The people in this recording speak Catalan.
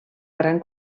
gran